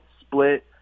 split